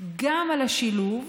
גם על השילוב,